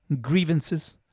grievances